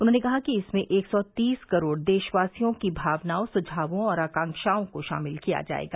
उन्होंने कहा कि इसमें एक सौ तीस करोड़ देशवासियों की भावनाओं सुझावों और आकांक्षाओं को शामिल किया जायेगा